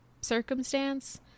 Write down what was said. circumstance